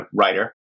writer